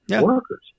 workers